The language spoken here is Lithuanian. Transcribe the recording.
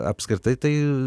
apskritai tai